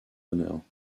honneurs